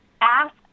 ask